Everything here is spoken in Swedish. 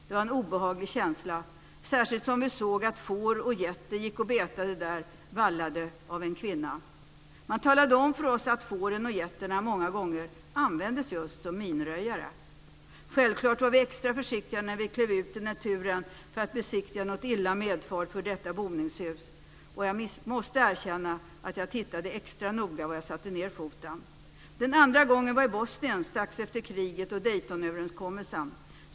Det var en obehaglig känsla, särskilt som vi såg att får och getter gick och betade där vallade av en kvinna. Man talade om för oss att fåren och getterna många gånger användes just som minröjare. Självklart var vi extra försiktiga när vi klev ut i naturen för att besiktiga något illa medfaret f.d. boningshus. Jag måste erkänna att jag tittade extra noga på var jag satte ned foten. Den andra gången var i Bosnien strax efter kriget och Daytonöverenskommelsen.